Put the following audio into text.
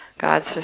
God's